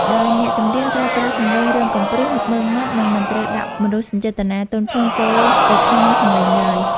ដោយអ្នកចម្រៀងត្រូវប្រើសម្លេងរឹងកំព្រឹស ម៉ឺងម៉ាត់ និងមិនត្រូវដាក់មនោសញ្ចេតនាទន់ភ្លន់ចូលទៅក្នុងសម្លេងឡើយ។